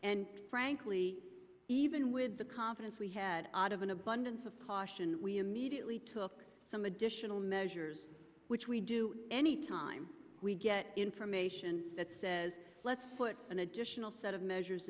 and frankly even with the confidence we had out of an abundance of caution we immediately took some additional measures which we do any time we get information that says let's put an end i'll set of measures